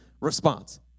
response